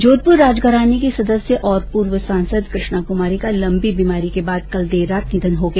जोधपुर राजघराने की सदस्य और पूर्व सांसद कृष्णा कुमारी का लम्बी बीमारी के बाद कल देर रात निधन हो गया